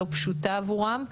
לא פשוטה עבורם,